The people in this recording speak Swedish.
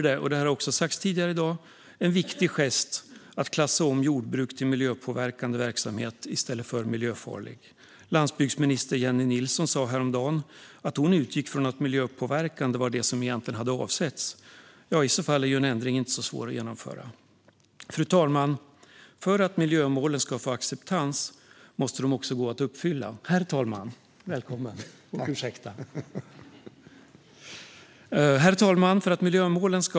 Det har också sagts tidigare i dag att en viktig gest vore att klassa om jordbruk till miljöpåverkande verksamhet i stället för miljöfarlig. Landsbygdsminister Jennie Nilsson sa häromdagen att hon utgick från att miljöpåverkande var det som egentligen hade avsetts. I så fall är en ändring inte så svår att genomföra. Herr talman! För att miljömålen ska få acceptans måste de också kunna uppfyllas.